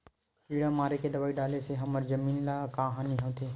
किड़ा मारे के दवाई डाले से हमर जमीन ल का हानि होथे?